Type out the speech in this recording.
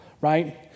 right